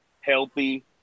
healthy